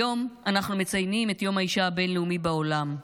היום אנחנו מציינים את יום האישה הבין-לאומי בעולם.